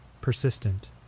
persistent